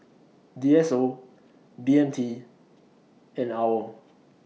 D S O B M T and AWOL